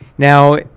Now